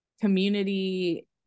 community